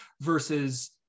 versus